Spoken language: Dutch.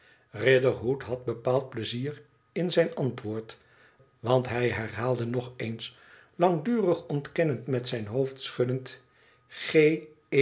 riderhood had bepaald pleizier in zijn antwoord want hij herhaalde nog eens langdurig ontkennend met zijn hoofd schuddend